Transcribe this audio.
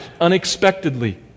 unexpectedly